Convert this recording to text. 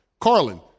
Carlin